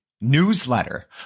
newsletter